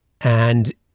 and-